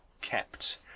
kept